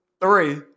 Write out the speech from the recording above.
three